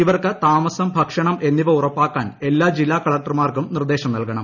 ഇവർക്ക് താമസം ഭക്ഷണം എന്നിവ ഉറപ്പാക്കാൻ എല്ലാ ജില്ലാ കളക്ടർമാർക്കും നിർദ്ദേശം നൽകണം